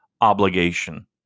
obligation